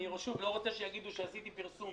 אני לא רוצה שיגידו שעשיתי פרסום,